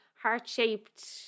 heart-shaped